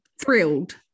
thrilled